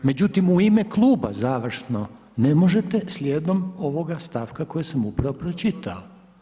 Međutim, u ime kluba, završno, ne možete slijedom, ovoga stavka kojeg sam upravo pročitao.